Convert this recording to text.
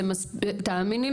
תאמיני לי,